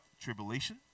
Tribulation